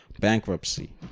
bankruptcy